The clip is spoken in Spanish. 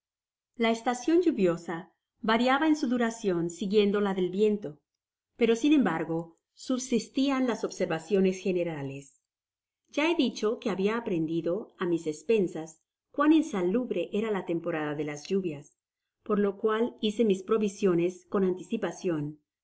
la estacion lluviosa variaba en su duracion siguiendo la del viento pero sin embargo subsistian las observaciones generales ya he dicho que habia aprendido á mis espensas cuán insalubre era la temporada delas lluvias por lo cual hice mis provisiones con anticipacion por